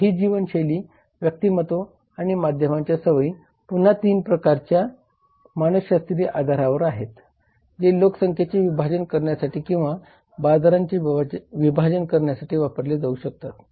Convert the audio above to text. तर ही जीवनशैली व्यक्तिमत्त्व आणि माध्यमांच्या सवयी पुन्हा 3 प्रकारच्या मानसशास्त्रीय आधारावर आहेत जे लोकसंख्येचे विभाजन करण्यासाठी किंवा बाजारांचे विभाजन करण्यासाठी वापरले जाऊ शकतात